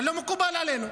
אבל שלא מקובל עלינו.